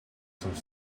some